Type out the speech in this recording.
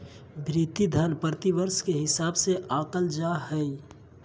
भृति धन प्रतिवर्ष के हिसाब से आँकल जा हइ